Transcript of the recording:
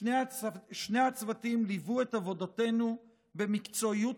שני הצוותים ליוו את עבודתנו במקצועיות